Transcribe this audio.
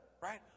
right